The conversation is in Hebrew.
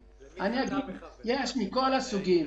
יש מכל הסוגים.